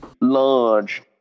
large